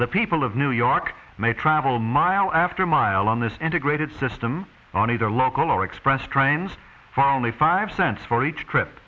the people of new york may travel mile after mile on this integrated system on either local or express trains found the five cents for each trip